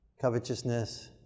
covetousness